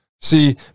See